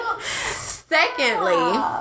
Secondly